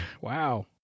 Wow